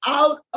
out